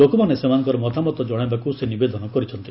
ଲୋକମାନେ ସେମାନଙ୍କର ମତାମତ ଜଣାଇବାକୁ ସେ ନିବେଦନ କରିଛନ୍ତି